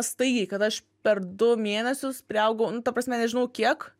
staigiai kad aš per du mėnesius priaugau nu ta prasme nežinau kiek